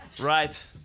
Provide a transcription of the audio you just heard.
Right